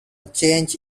change